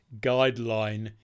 guideline